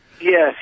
Yes